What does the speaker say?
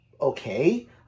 Okay